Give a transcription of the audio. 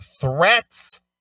threats